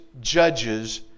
judges